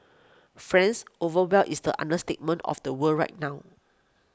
friends overwhelmed is the understatement of the world right now